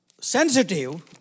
sensitive